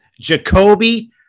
Jacoby